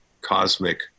cosmic